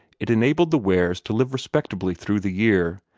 it enabled the wares to live respectably through the year,